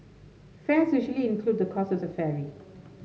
fares usually include the cost of the ferry